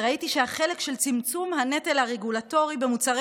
וראיתי שהחלק של צמצום הנטל הרגולטורי במוצרי